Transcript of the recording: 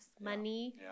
Money